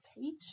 Page